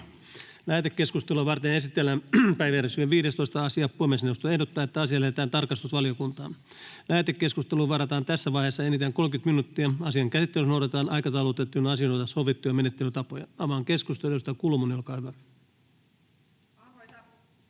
Lähetekeskustelua varten esitellään päiväjärjestyksen 16. asia. Puhemiesneuvosto ehdottaa, että asia lähetetään sivistysvaliokuntaan. Lähetekeskusteluun varataan tässä vaiheessa enintään 30 minuuttia. Asian käsittelyssä noudatetaan aikataulutettujen asioiden osalta sovittuja menettelytapoja. — Avaan keskustelun. Esittelypuheenvuoro,